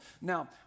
Now